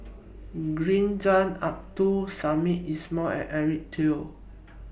Green Zeng Abdul Samad Ismail and Eric Teo